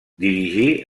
dirigí